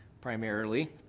primarily